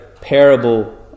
parable